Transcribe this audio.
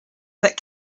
that